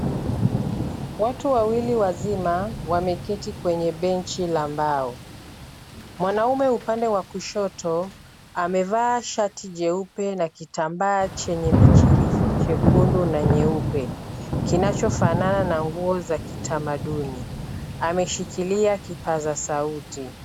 Watu wawili wazima wameketi kwenye benchi la mbao. Mwanaume upande wa kushoto amevaa shati jeupe na kitambaa chenye michirizi chekundu na nyeupe; kinachofanana na nguo za kitamaduni. Ameshikilia kipaza sauti.